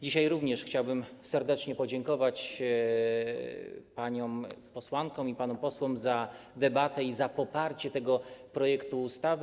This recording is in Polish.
Dzisiaj również chciałbym serdecznie podziękować paniom posłankom i panom posłom za debatę i za poparcie tego projektu ustawy.